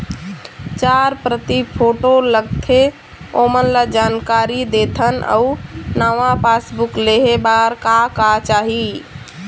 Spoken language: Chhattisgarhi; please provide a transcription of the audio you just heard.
चार प्रति फोटो लगथे ओमन ला जानकारी देथन अऊ नावा पासबुक लेहे बार का का चाही?